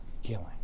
healing